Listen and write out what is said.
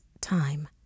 time